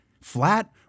flat